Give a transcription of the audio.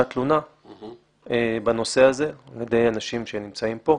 תלונה בנושא הזה על ידי אנשים שנמצאים פה.